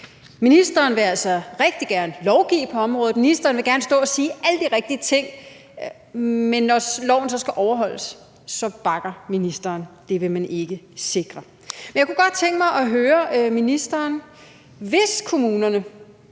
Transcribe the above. Ministeren vil altså rigtig gerne lovgive på området, og ministeren vil gerne stå og sige alle de rigtige ting, men når loven så skal overholdes, bakker ministeren. Det vil man ikke sikre. Jeg kunne godt tænke mig at spørge ministeren om noget: Hvis kommunerne